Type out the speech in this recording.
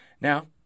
Now